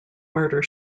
murder